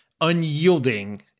unyielding